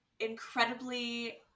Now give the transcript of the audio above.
incredibly